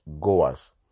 goers